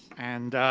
and